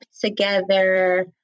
together